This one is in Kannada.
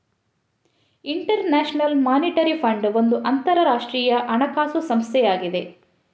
ಇಂಟರ್ ನ್ಯಾಷನಲ್ ಮಾನಿಟರಿ ಫಂಡ್ ಒಂದು ಅಂತರಾಷ್ಟ್ರೀಯ ಹಣಕಾಸು ಸಂಸ್ಥೆಯಾಗಿದೆ